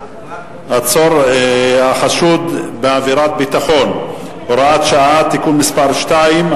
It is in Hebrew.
(עצור החשוד בעבירת ביטחון) (הוראת שעה) (תיקון מס' 2),